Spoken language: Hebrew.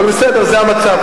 אבל בסדר, זה המצב.